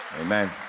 Amen